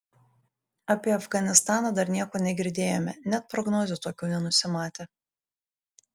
apie afganistaną dar nieko negirdėjome net prognozių tokių nenusimatė